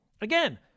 Again